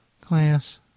class